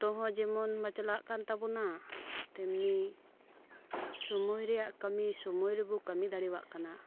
ᱚᱠᱛᱚ ᱦᱚᱸ ᱢᱟ ᱡᱮᱢᱚᱱ ᱵᱟᱪᱞᱟᱜ ᱠᱟᱱ ᱛᱟᱵᱚᱱᱟ ᱛᱮᱢᱱᱤ ᱥᱳᱢᱚᱭ ᱨᱮᱭᱟᱜ ᱠᱟᱹᱢᱤ ᱥᱳᱢᱳᱭ ᱨᱮᱵᱚ ᱠᱟᱹᱢᱤ ᱫᱟᱲᱮᱭᱟᱜ ᱠᱟᱱᱟ